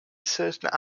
certain